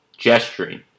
gesturing